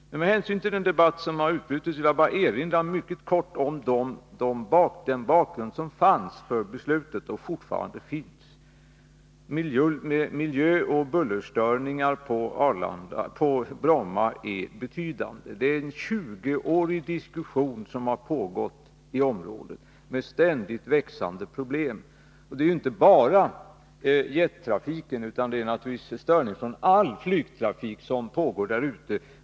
Med hänsyn till den debatt som har utbrutit vill jag bara mycket kort erinra om den bakgrund som fanns för beslutet, och som fortfarande finns. För det första är miljöoch bullerstörningarna på Bromma betydande. I 20 år har diskussionen pågått i området. Problemen växer ständigt. Det gäller ju inte bara störningar från jettrafiken, utan det gäller naturligtvis också störningar från all flygtrafik ute i Bromma.